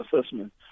assessment